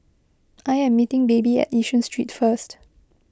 I am meeting Baby at Yishun Street first